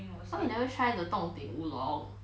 why you never try the 洞顶乌龙